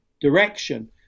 direction